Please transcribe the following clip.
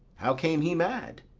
how came he mad?